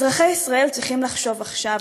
אזרחי ישראל צריכים לחשוב עכשיו,